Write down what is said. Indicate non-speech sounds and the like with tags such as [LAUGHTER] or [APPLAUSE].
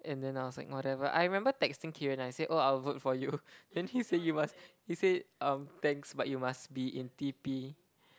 and then I was like whatever I remember texting Keiran I said oh I will vote for you [LAUGHS] then he say you must he say um thanks but you must be in T_P